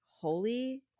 holy